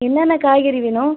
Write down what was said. என்னென்ன காய்கறி வேணும்